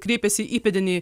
kreipėsi įpėdiniai